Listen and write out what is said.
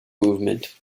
movement